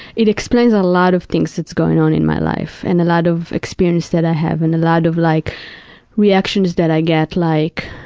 it explains a lot of things that's going on in my life, and a lot of experience that i have and a lot of like reactions that i get, like